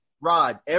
Rod